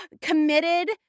committed